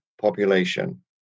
population